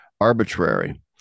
arbitrary